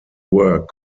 work